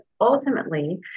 ultimately